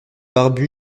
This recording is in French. barbu